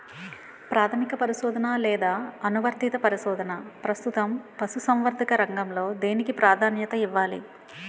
ప్రాథమిక పరిశోధన లేదా అనువర్తిత పరిశోధన? ప్రస్తుతం పశుసంవర్ధక రంగంలో దేనికి ప్రాధాన్యత ఇవ్వాలి?